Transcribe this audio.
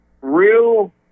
real